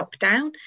lockdown